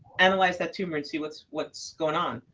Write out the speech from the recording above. analyze that tumor and see what's what's going on.